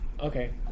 Okay